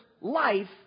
life